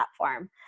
platform